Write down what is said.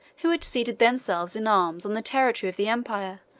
who had seated themselves in arms on the territory of the empire,